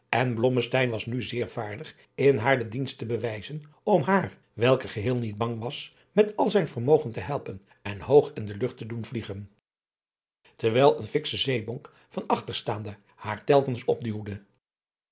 en blommesteyn was nu zeer vaardig in haar den dienst te bewijzen om haar welke geheel niet bang was met al zijn vermogen te helpen en hoog in de lucht te doen vliegen terwijl een fiksche zeebonk van achter staande haar telkens opduwde